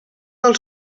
del